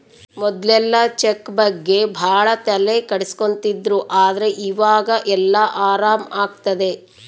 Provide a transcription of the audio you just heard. ಮೊದ್ಲೆಲ್ಲ ಚೆಕ್ ಬಗ್ಗೆ ಭಾಳ ತಲೆ ಕೆಡ್ಸ್ಕೊತಿದ್ರು ಆದ್ರೆ ಈವಾಗ ಎಲ್ಲ ಆರಾಮ್ ಆಗ್ತದೆ